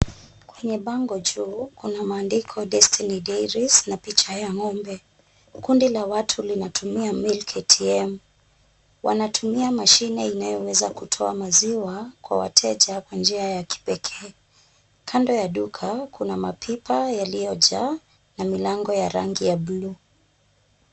Kwenye bango juu kuna maandiko destiny dairies na picha ya ng'ombe. Kundi la watu linatumia milk ATM wanatumia mashine inayoweza kutoa maziwa kwa wateja kwa njia ya kipekee. Kando ya duka kuna mapipa yaliyojaa na milango ya rangi ya buluu.